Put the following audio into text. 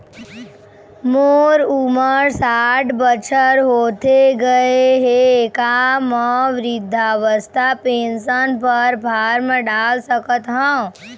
मोर उमर साठ बछर होथे गए हे का म वृद्धावस्था पेंशन पर फार्म डाल सकत हंव?